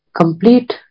complete